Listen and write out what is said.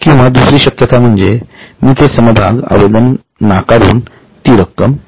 किंवा दुसरी शक्यता म्हणजे मी ते समभाग आवेदन नाकारून ती रक्कम परत करतो